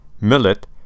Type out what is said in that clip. millet